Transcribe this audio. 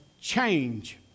change